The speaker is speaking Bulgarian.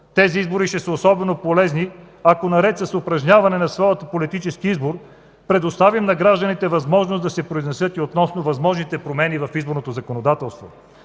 Тези избори ще се особено полезни, ако наред с упражняването на своя политически избор предоставим на гражданите възможност да се произнесат и относно възможните промени в изборното законодателство.